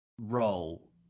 role